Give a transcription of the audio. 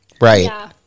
right